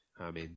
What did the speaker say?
Amen